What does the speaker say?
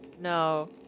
no